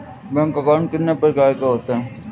Bank account कितने प्रकार के होते हैं?